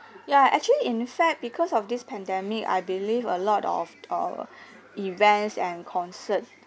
ya actually in fact because of this pandemic I believe a lot of uh events and concerts